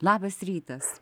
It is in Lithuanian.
labas rytas